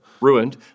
ruined